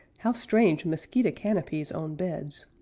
how strange mosquito canopies on beds!